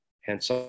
hence